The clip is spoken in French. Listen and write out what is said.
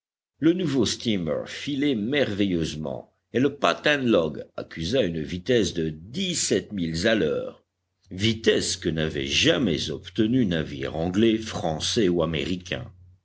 le nouveau steamer filait merveilleusement et le patent log accusa une vitesse de dix-sept milles à l'heure vitesse que n'avait jamais obtenu navire anglais français ou américain